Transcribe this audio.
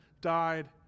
died